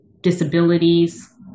disabilities